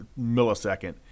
millisecond